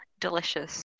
delicious